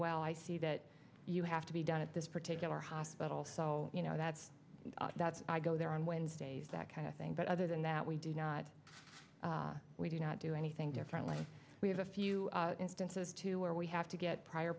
well i see that you have to be done at this particular hospital so you know that's that's i go there on wednesdays that kind of thing but other than that we do not we do not do anything differently we have a few instances to where we have to get prior